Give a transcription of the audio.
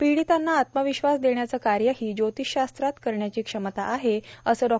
पीडितांना आत्मविश्वास देण्याचं कार्यही ज्योतिषशास्त्राात करण्याची क्षमता आहे असं डॉ